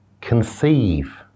conceive